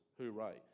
Hooray